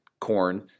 corn